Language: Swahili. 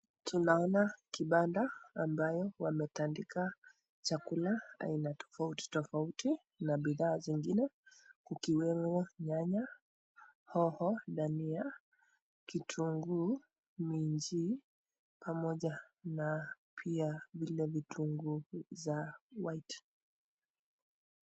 Tunaona kipanda ambayo wametandika chakula tofauti tofauti na bidhaa zingine ikiwemo nyanya, hoho na dhania na kitunguu, minji na pia Ile vitunguu ya white.